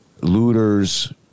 looters